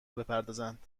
بپردازند